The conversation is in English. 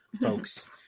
folks